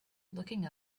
looking